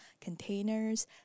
containers